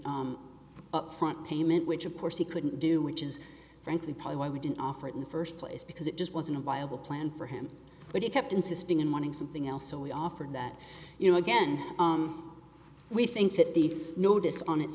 upfront payment which of course he couldn't do which is frankly probably why we didn't offer it in the first place because it just wasn't a viable plan for him but he kept insisting in wanting something else so we offered that you know again we think that the notice on